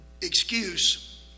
excuse